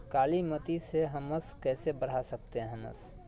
कालीमती में हमस कैसे बढ़ा सकते हैं हमस?